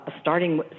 starting